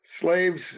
slaves